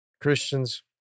Christians